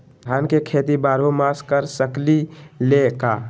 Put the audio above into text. धान के खेती बारहों मास कर सकीले का?